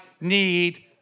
need